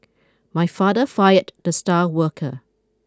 my father fired the star worker